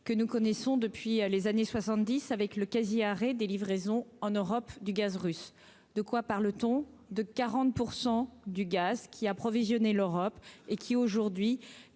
que nous connaissons depuis les années 70 avec le quasi-arrêt des livraisons en Europe du gaz russe, de quoi par le ton de 40 % du gaz qui approvisionner l'Europe et qui aujourd'hui